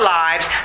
lives